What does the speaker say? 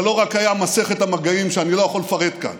זה לא רק היה מסכת המגעים, שאני לא יכול לפרט כאן,